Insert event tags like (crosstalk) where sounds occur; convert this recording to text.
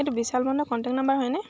এইটো বিশাল (unintelligible) contact number হয়নে